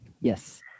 Yes